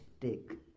take